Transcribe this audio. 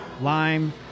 Lime